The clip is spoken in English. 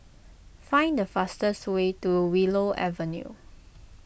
find the fastest way to Willow Avenue